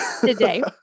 today